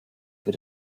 für